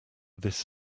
this